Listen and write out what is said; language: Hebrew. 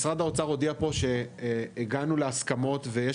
משרד האוצר הודיע פה שהגענו להסכמות ויש